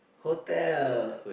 hotel